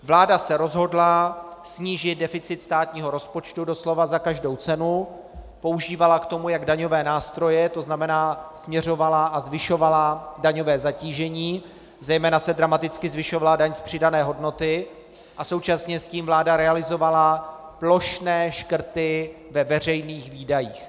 Vláda se rozhodla snížit deficit státního rozpočtu doslova za každou cenu, používala k tomu jak daňové nástroje, to znamená směřovala a zvyšovala daňové zatížení, zejména se dramaticky zvyšovala daň z přidané hodnoty, a současně s tím vláda realizovala plošné škrty ve veřejných výdajích.